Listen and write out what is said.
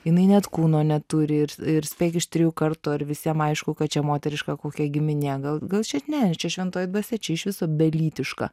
jinai net kūno neturi ir spėk iš trijų kartų ar visiem aišku kad čia moteriška kokia giminė gal gal šiaip ne čia šventoji dvasia čia iš viso belytiška